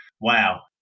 wow